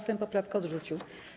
Sejm poprawkę odrzucił.